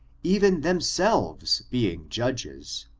even themselves being judges,